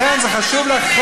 אם אתה נותן זמן, גם אני רוצה.